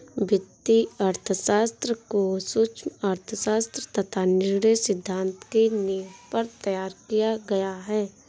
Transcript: वित्तीय अर्थशास्त्र को सूक्ष्म अर्थशास्त्र तथा निर्णय सिद्धांत की नींव पर तैयार किया गया है